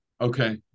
Okay